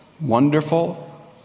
Wonderful